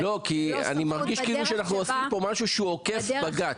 --- אני מרגיש כאילו אנחנו עושים פה משהו שהוא עוקף בג"ץ.